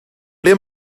ble